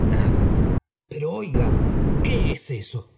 nada pero oiga qué es eso